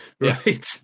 Right